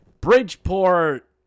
Bridgeport